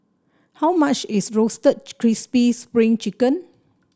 how much is Roasted Crispy Spring Chicken